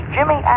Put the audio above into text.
Jimmy